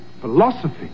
philosophy